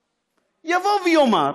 יאמר: